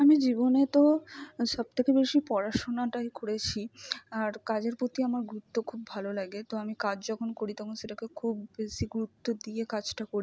আমি জীবনে তো সব থেকে বেশি পড়াশুনাটাই করেছি আর কাজের প্রতি আমার গুরুত্ব খুব ভালো লাগে তো আমি কাজ যখন করি তখন সেটাকে খুব বেশি গুরুত্ব দিয়ে কাজটা করি